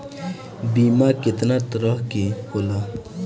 बीमा केतना तरह के होला?